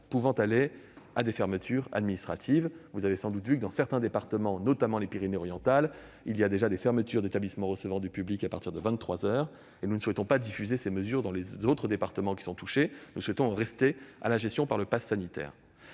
pouvant aller jusqu'à des fermetures administratives. Vous avez sans doute constaté que, dans certains départements, notamment les Pyrénées-Orientales, ont déjà été décidées des fermetures d'établissements recevant du public, à partir de vingt-trois heures. Nous ne souhaitons pas diffuser ces mesures dans les autres départements touchés, mais en rester à la gestion par le passe sanitaire.